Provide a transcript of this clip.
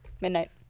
midnight